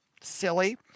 silly